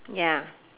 ya